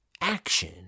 Action